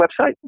website